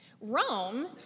Rome